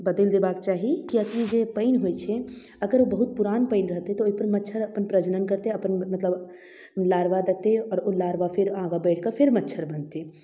बदलि देबाक चाही किएककि जे पानि होइ छै अगर ओ बहुत पुरान पानि रहतै तऽ ओइसँ मच्छर अपन प्रजनन करतै अपन मतलब लार्वा देत्तै आओर ओ लार्वा फेर आहाँके बढ़िकऽ फेर मच्छर बनतै